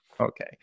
Okay